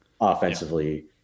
offensively